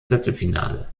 viertelfinale